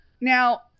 Now